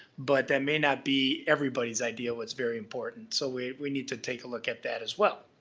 but that may not be everybody's idea of what's very important. so, we we need to take a look at that as well.